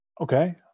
Okay